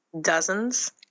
Dozens